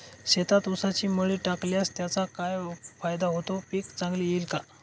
शेतात ऊसाची मळी टाकल्यास त्याचा काय फायदा होतो, पीक चांगले येईल का?